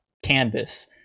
canvas